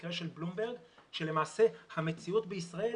במקרה של בלומברג שלמעשה המציאות בישראל